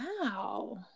Wow